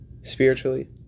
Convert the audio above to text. spiritually